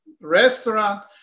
restaurant